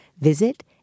visit